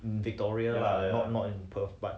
victoria lah not not in perth but